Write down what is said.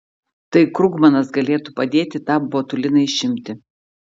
tai krugmanas galėtų padėti tą botuliną išimti